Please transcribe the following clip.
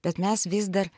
bet mes vis dar